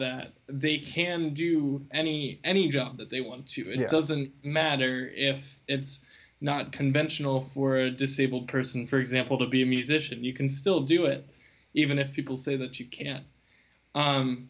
that they can do any any job that they want to and it doesn't matter if it's not conventional for a disabled person for example to be a musician you can still do it even if you will say that you can't